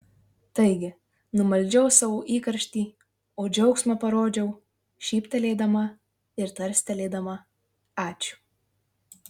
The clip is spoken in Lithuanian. taigi numaldžiau savo įkarštį o džiaugsmą parodžiau šyptelėdama ir tarstelėdama ačiū